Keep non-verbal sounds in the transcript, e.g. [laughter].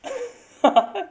[laughs]